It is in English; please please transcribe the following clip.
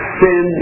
sin